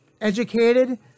educated